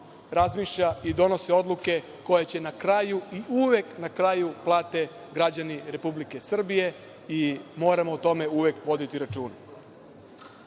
razmišlja i donose odluke koje će na kraju i uvek na kraju da plate građani Republike Srbije i moramo o tome uvek voditi računa. Što